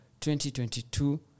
2022